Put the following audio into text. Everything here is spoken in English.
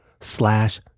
slash